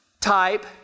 type